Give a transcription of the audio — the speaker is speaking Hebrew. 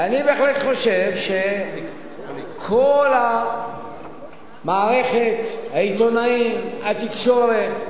ואני בהחלט חושב שכל המערכת, העיתונאים, התקשורת,